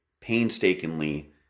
painstakingly